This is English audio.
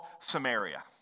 Samaria